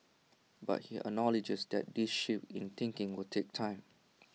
but he acknowledges that this shift in thinking will take time